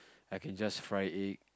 I can just fry egg